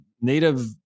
native